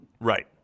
Right